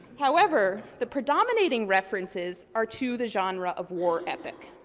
however, the predominating references are to the genre of war ethic.